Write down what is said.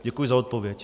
Děkuji za odpověď.